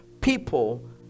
people